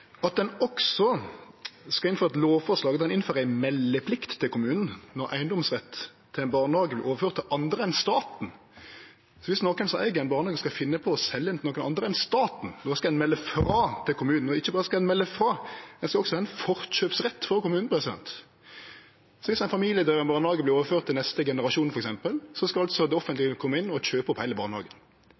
lovforslag der ein innfører ei meldeplikt til kommunen når eigedomsretten til ein barnehage vert overført til andre enn staten. Så viss nokon som eig ein barnehage, skulle finne på å selje han til andre enn staten, då skal ein melde frå til kommunen – og ikkje berre skal ein melde frå; det skal også vere ein forkjøpsrett for kommunen. Viss ein familiebarnehage vert overført til neste generasjon, f.eks., skal altså det offentlege kome inn og kjøpe opp heile barnehagen.